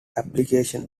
application